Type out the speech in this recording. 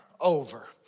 over